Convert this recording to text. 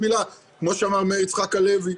כמו שאמר מאיר יצחק הלוי,